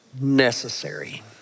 necessary